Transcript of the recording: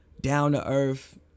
down-to-earth